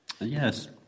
Yes